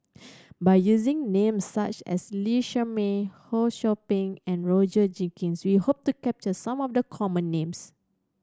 by using names such as Lee Shermay Ho Sou Ping and Roger Jenkins we hope to capture some of the common names